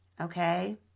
okay